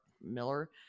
Miller